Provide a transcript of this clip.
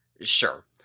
Sure